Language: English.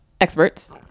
experts